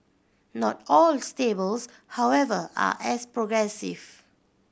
not all stables however are as progressive